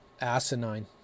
asinine